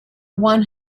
one